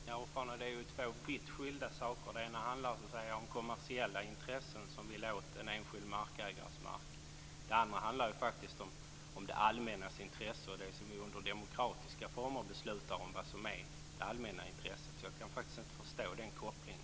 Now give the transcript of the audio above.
Fru talman! Det är ju två vitt skilda saker. Det ena handlar så att säga om kommersiella intressen som vill åt en enskild markägares mark. Det andra handlar ju faktiskt om det allmännas intresse och det som vi under demokratiska former beslutar om är i det allmännas intresse. Jag kan faktiskt inte förstå den kopplingen.